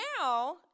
Now